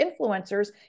influencers